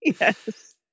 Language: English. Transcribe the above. Yes